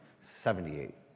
Seventy-eight